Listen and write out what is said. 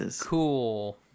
cool